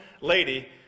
lady